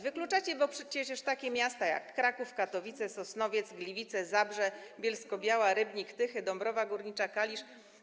Wykluczacie, bo przecież to są takie miasta jak: Kraków, Katowice, Sosnowiec, Gliwice, Zabrze, Bielsko-Biała, Rybnik, Tychy, Dąbrowa Górnicza, Kalisz.